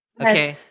Okay